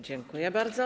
Dziękuję bardzo.